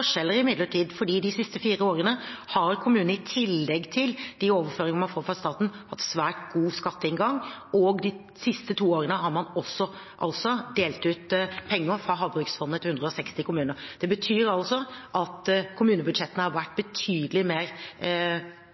de siste fire årene har kommunene i tillegg til de overføringene man får fra staten, hatt svært god skatteinngang, og de siste to årene har man også delt ut penger fra Havbruksfondet til 160 kommuner. Det betyr at kommunebudsjettene har vært betydelig mer